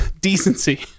decency